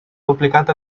duplicat